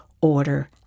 order